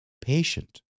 patient